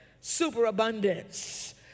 Superabundance